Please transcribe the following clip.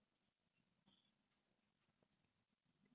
my favourite